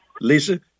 Lisa